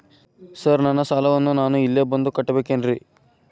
Sir ನನ್ನ ಸಾಲವನ್ನು ನಾನು ಇಲ್ಲೇ ಬಂದು ಕಟ್ಟಬೇಕೇನ್ರಿ?